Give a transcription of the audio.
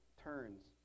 turns